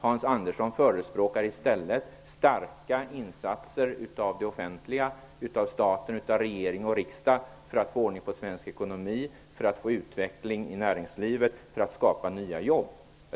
Han förespråkar i stället starka insatser av det offentliga, av staten, regering och riksdag för att få ordning på svensk ekonomi, få utveckling i näringslivet och för att skapa nya jobb.